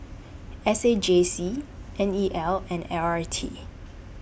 S A J C N E L and L R T